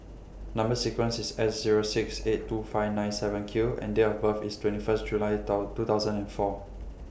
Number sequence IS S Zero six eight two five nine seven Q and Date of birth IS twenty First July two thousand and four